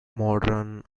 modern